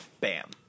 Bam